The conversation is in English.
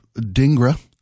Dingra